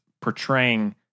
portraying